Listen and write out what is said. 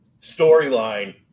storyline